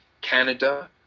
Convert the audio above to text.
Canada